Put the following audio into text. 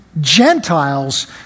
Gentiles